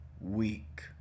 weak